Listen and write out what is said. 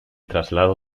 traslado